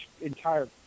entire